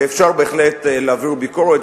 ואפשר בהחלט להעביר ביקורת,